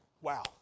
Wow